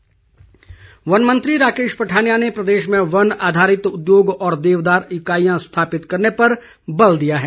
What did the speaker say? राकेश पठानिया वन मंत्री राकेश पठानिया ने प्रदेश में वन आधारित उद्योग और देवदार इकाईयां स्थापित करने पर बल दिया है